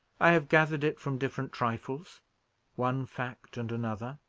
i have gathered it from different trifles one fact and another.